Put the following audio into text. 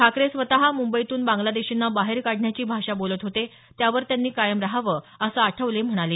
ठाकरे स्वतः मुंबईतून बांगलादेशींना बाहेर काढण्याची भाषा बोलत होते त्यावर त्यांनी कायम राहावं असं आठवले म्हणाले